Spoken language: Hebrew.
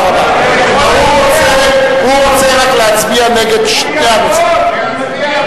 הוא רוצה רק להצביע נגד שני הנוסחים.